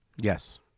Yes